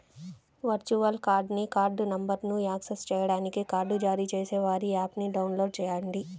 virtual కార్డ్ని card నంబర్ను access చేయడానికి కార్డ్ జారీ చేసేవారి యాప్ని డౌన్లోడ్ చేయండి